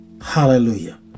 Hallelujah